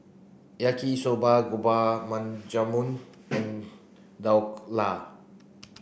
Yaki Soba Gulab Jamun and Dhokla